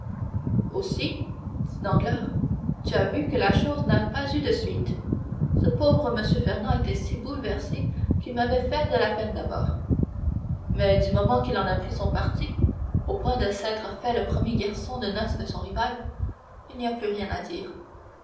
aussi dit danglars tu as vu que la chose n'a pas eu de suite ce pauvre m fernand était si bouleversé qu'il m'avait fait de la peine d'abord mais du moment qu'il en a pris son parti au point de s'être fait le premier garçon de noces de son rival il n'y a plus rien à dire